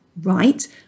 right